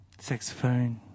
saxophone